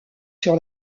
sur